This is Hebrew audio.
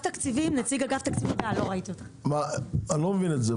אני לא מבין את זה.